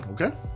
okay